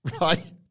Right